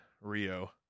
Rio